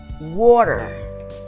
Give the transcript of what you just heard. Water